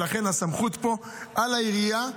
ולכן הסמכות פה על העירייה,